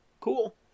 cool